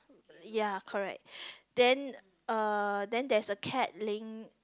ya correct then uh then there is a cat laying